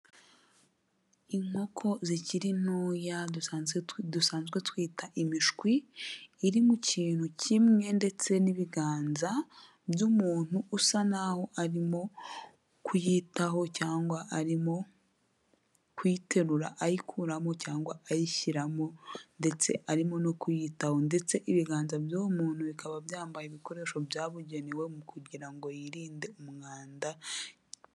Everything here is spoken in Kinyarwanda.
Inkoko zikiri ntoya dusanzwe twita imishwi, iri mu kintu kimwe ndetse n'ibiganza by'umuntu usa n'aho arimo kuyitaho, cyangwa arimo kuyiterura ayikuramo cyangwa ayishyiramo, ndetse arimo no kuyitaho ndetse ibiganza by' umuntu bikaba byambaye ibikoresho byabugenewe, mu kugira ngo yirinde umwanda.